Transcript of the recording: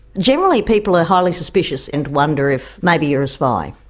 generally people are highly suspicious and wonder if maybe you're a spy.